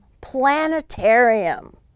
planetarium